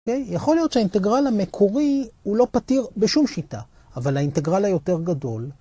יכול להיות שהאינטגרל המקורי הוא לא פתיר בשום שיטה אבל האינטגרל היותר גדול...